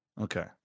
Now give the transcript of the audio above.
Okay